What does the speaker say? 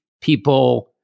people